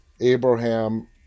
Abraham